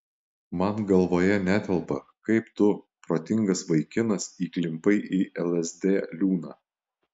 man galvoje netelpa kaip tu protingas vaikinas įklimpai į lsd liūną